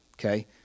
Okay